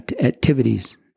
activities